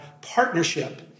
partnership